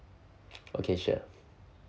okay sure